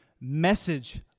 message